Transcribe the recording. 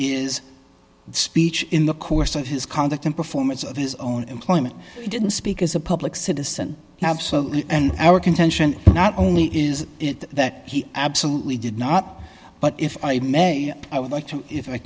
is speech in the course of his conduct in performance of his own employment didn't speak as a public citizen and our contention not only is it that he absolutely did not but if i may i would like to if i